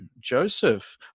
Joseph